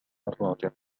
دراجة